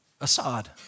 Assad